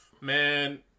Man